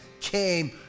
came